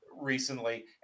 recently